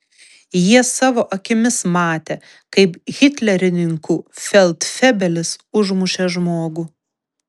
jie savo akimis matė kaip hitlerininkų feldfebelis užmušė žmogų